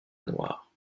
noir